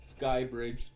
Skybridge